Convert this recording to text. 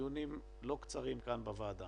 דיונים לא קצרים כאן בוועדה